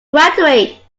graduate